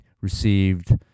received